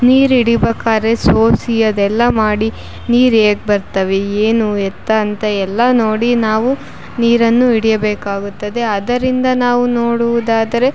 ನೀರಿಡಿಬೇಕಾರೆ ಸೋಸಿ ಅದೆಲ್ಲ ಮಾಡಿ ನೀರು ಹೇಗ್ ಬರುತ್ತವೆ ಏನು ಎತ್ತ ಅಂತ ಎಲ್ಲ ನೋಡಿ ನಾವು ನೀರನ್ನು ಹಿಡಿಯಬೇಕಾಗುತ್ತದೆ ಆದರಿಂದ ನಾವು ನೋಡುವುದಾದರೆ